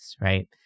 right